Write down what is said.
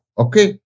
Okay